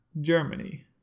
Germany